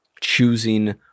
choosing